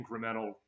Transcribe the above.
incremental